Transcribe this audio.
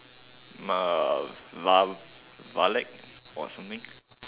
Va~ Va~ Valak or something